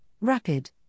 rapid